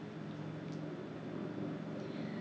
他请过我们吃 !wah! 很好吃 leh 我觉得很好吃